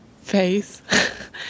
face